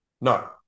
No